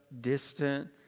distant